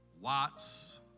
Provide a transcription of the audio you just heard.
Watts